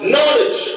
Knowledge